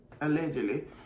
allegedly